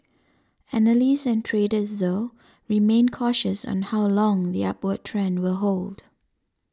analysts and traders though remain cautious on how long the upward trend will hold